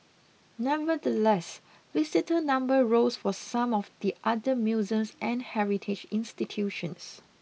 nevertheless visitor numbers rose for some of the other museums and heritage institutions